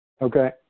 Okay